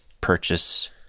purchase